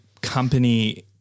company